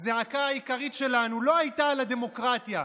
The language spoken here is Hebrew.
הזעקה העיקרית שלנו לא הייתה על הדמוקרטיה,